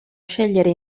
scegliere